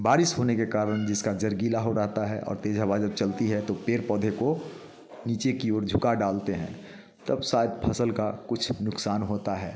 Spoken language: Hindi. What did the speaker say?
बारिश होने के कारण जिसका जड़ गीला हो रहता है और तेज हवा जब चलती है तो पेड़ पौधे को नीचे की और झुका डालते हैं तब शायद फसल का कुछ नुकसान होता है